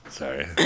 Sorry